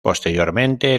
posteriormente